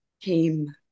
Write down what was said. came